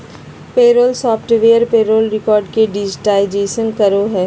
payroll software payroll record के digitise करो हइ